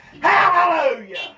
Hallelujah